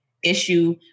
issue